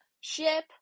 ship